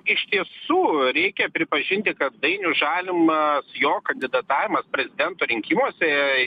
iš tiesų reikia pripažinti kad dainius žalimas jo kandidatavimas prezidento rinkimuose